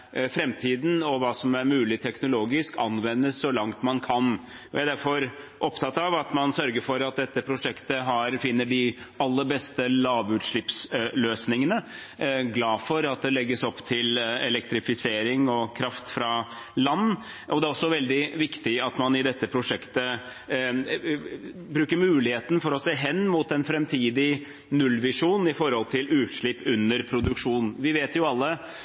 og hva som teknologisk er mulig, anvendes så langt man kan. Jeg er derfor opptatt av at man sørger for at dette prosjektet finner de aller beste lavutslippsløsningene. Jeg er glad for at det legges opp til elektrifisering og kraft fra land. Det er også veldig viktig at man i dette prosjektet bruker muligheten til å se hen til en framtidig nullvisjon når det gjelder utslipp under produksjon. Vi vet jo alle